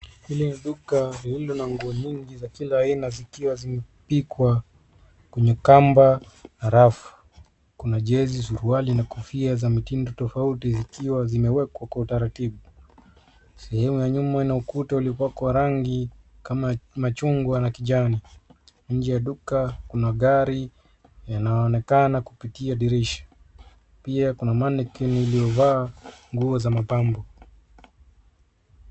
Hili ni duka lililo na nguo mingi za kila aina zikiwa zimepikwa kwenye kamba harafu. Kuna jezi, suruali na kofia za mitindo tofauti zikiwa zimewekwa kwa utaratibu. Sehemu ya nyuma ina ukuta uliopakwa rangi kama machungwa na kijani. Nje ya duka kuna gari yanaonekana kupitia dirisha. Pia kuna mannequin iliyovaa nguo za mapambo.